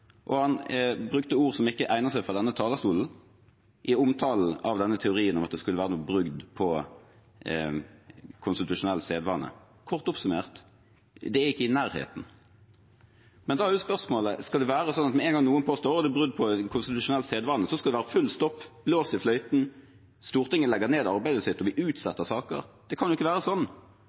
og han brukte ord som ikke egner seg fra denne talerstolen, i omtalen av denne teorien om at det skulle være noe brudd på konstitusjonell sedvane. Kort oppsummert: Det er ikke i nærheten. Da er spørsmålet: Skal det være sånn at med en gang noen påstår at det er brudd på konstitusjonell sedvane, skal det være full stopp, blås i fløyten, Stortinget legger ned arbeidet sitt, og vi utsetter saker? Det kan ikke være sånn.